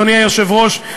אדוני היושב-ראש,